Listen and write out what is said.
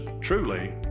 truly